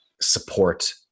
support